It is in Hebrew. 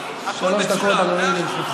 רוצה שלוש דקות, יש לך.